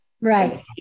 right